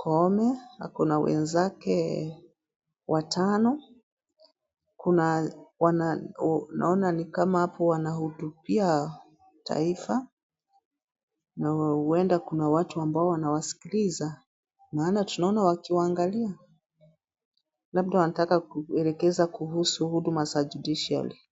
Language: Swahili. Koome ako na wenzake watano, kuna wanaona ni kama hapo wana hutubia taifa, na huenda kuna watu ambao wanawasikiliza, maana tunaona wakiwaangalia. Labda wanataka kuelekeza kuhusu huduma za judiciali .